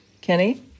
Kenny